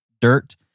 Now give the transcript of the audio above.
dirt